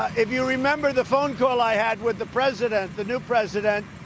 if you remember the phone call i had with the president, the new president,